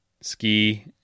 ski